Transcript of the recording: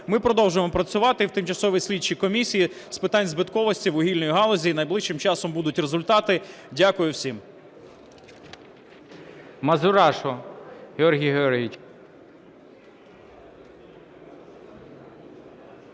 Ми продовжуємо працювати в Тимчасовій слідчій комісії з питань збитковості вугільної галузі, і найближчим часом будуть результати. Дякую всім.